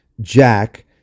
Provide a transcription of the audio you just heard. jack